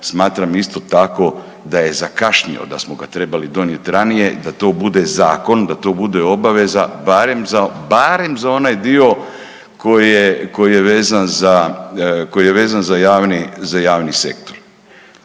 Smatram isto tako da je zakašnjio, da smo ga trebali donijet ranije, da to bude zakon, da to bude obaveza barem za, barem za onaj dio koji je, koji je